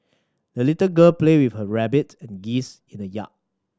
the little girl played with her rabbit and geese in the yard